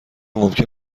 ممکن